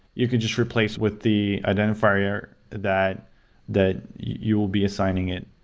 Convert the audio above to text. you can just replace with the identifier that that you will be assigning in.